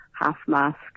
half-mask